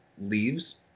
leaves